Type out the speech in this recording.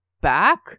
back